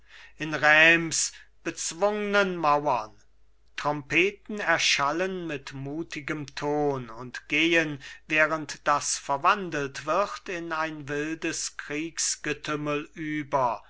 in reims bezwungnen mauern trompeten erschallen mit mutigem ton und gehen während daß verwandelt wird in ein wildes kriegsgetümmel über